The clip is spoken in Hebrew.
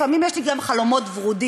לפעמים יש לי גם חלומות ורודים.